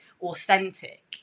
authentic